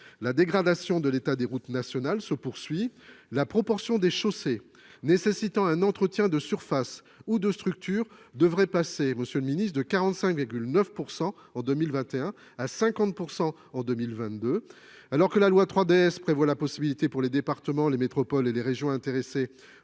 la dégradation de l'état des routes nationales se poursuit. La proportion des chaussées nécessitant un entretien de surface ou de structure devrait passer, monsieur le ministre, de 45,9 % en 2021 à 50 % en 2022. Alors que la loi 3DS prévoit la possibilité pour les départements, les métropoles et les régions intéressées